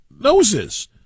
noses